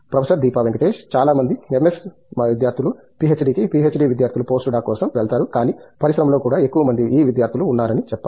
professor Deepa Venkatesh చాలా మంది MS విద్యార్థులు పీహెచ్డీకి పీహెచ్డీ విద్యార్థులు పోస్ట్ డాక్ కోసం వెళతారు కానీ పరిశ్రమలో కూడా ఎక్కువ మంది ఈ విద్యార్థులు ఉన్నారని చెప్పారు